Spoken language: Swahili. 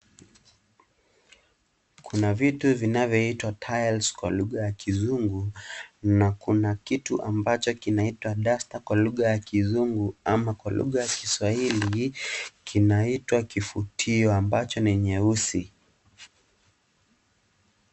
Kuna vitu vinavyoitwa tiles kwa lugha ya kizungu na kuna kitu ambacho kinaitwa duster kwa ya kizungu ama kwa lugha ya kiswahili kinaitwa kifutio ambacho ni nyeusi.